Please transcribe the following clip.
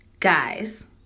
guys